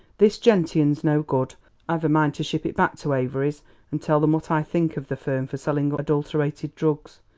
this gentian's no good i've a mind to ship it back to avery's and tell them what i think of the firm for selling adulterated drugs.